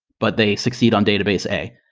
but they succeed on database a?